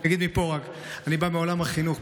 אני אגיד מפה: אני בא מעולם החינוך.